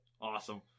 Awesome